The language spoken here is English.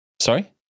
Sorry